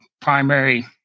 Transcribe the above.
primary